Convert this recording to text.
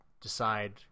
decide